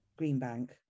Greenbank